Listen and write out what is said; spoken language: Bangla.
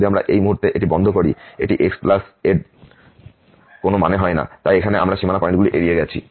এবং যদি আমরা এই মুহুর্তে এটি বন্ধ করি এটি x এর কোন মানে হয় না তাই এখানে আমরা সীমানা পয়েন্টগুলি এড়িয়ে গেছি